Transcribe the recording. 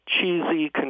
cheesy